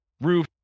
roof